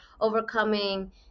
overcoming